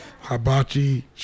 hibachi